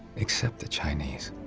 except the chinese.